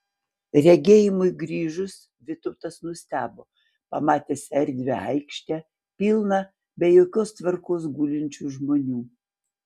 regėjimui grįžus vytautas nustebo pamatęs erdvią aikštę pilną be jokios tvarkos gulinčių žmonių